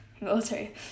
military